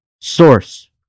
source